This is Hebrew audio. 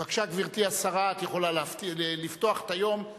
בבקשה, גברתי השרה, את יכולה לפתוח את היום.